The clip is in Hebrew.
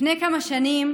לפני כמה שנים